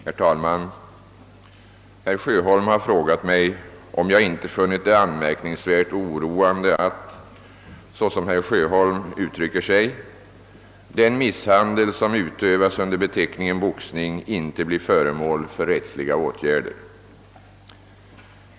Herr talman! Herr Sjöholm har frågat mig, om jag inte funnit det anmärkningsvärt och oroande att, såsom herr Sjöholm uttrycker sig, den misshandel som utövas under beteckningen boxning inte blir föremål för rättsliga åtgärder.